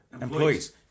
employees